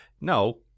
no